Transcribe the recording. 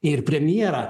ir premjerą